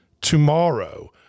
tomorrow